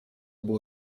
było